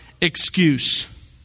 excuse